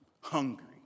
Hungry